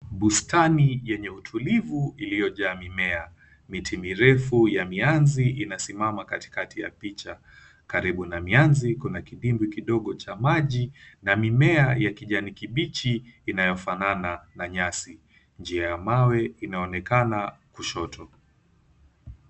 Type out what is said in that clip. Bustani yenye utulivu iliyojaa mimea. Miti mirefu ya mianzi inasimama katikati ya picha. Karibu na mianzi kuna kidimbwi kidogo cha maji na mimea ya kijani kibichi inayofanana na nyasi. Njia ya mawe inaonekana kushoto.